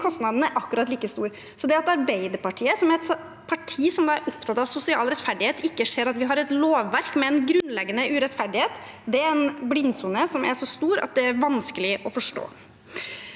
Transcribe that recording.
kostnaden er akkurat like stor. Det at Arbeiderpartiet, som er et parti som er opptatt av sosial rettferdighet, ikke ser at vi har et lovverk med en grunnleggende urettferdighet, er en blindsone som er så stor at det er vanskelig å forstå.